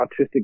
autistic